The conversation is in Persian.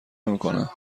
نمیکنم